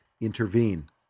intervene